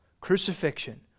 crucifixion